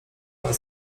ale